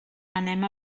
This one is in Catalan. anem